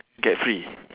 get free